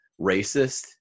racist